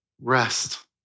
Rest